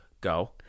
go